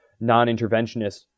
non-interventionist